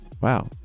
Wow